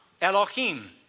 Elohim